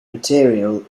material